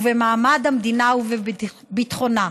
במעמד המדינה ובביטחונה.